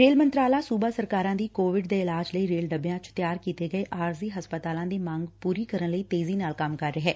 rail ਮੰਤਰਾਲਾ ਸੁਬਾ ਸਰਕਾਰਾਂ ਦੀ ਕੋਵਿਡ ਦੇ ਇਲਾਜ ਲਈ ਰੇਲ ਡੱਬਿਆਂ ਚ ਤਿਆਰ ਕੀਤੇ ਗਏ ਆਰਜ਼ੀ ਹਸਪਤਾਲਾਂ ਦੀ ਮੰਗ ਪੁਰੀ ਕਰਨ ਲਈ ਤੇਜ਼ੀ ਨਾਲ ਕੰਮ ਕਰ ਰਿਹੈ